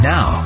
Now